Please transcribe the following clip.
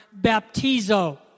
baptizo